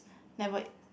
never